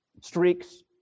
streaks